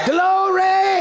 Glory